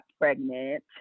pregnant